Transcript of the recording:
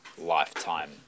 Lifetime